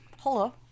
Hello